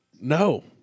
No